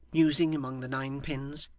musing among the nine-pins,